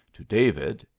to david,